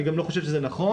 אני גם לא חושב שזה נכון.